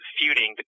feuding